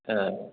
ओह